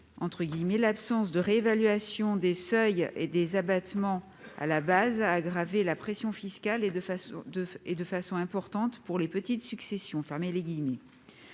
L'absence de réévaluation des seuils et des abattements à la base a aggravé la pression fiscale et de façon importante pour les petites successions.